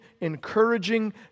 encouraging